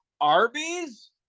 Arby's